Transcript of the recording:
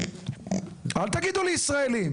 אל תגידו לי ישראלים.